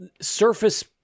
surface